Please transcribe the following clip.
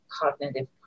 cognitive